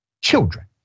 children